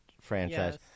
franchise